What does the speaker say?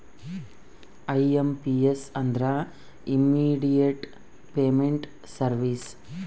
IMPS ಅಂದ್ರ immediate payment services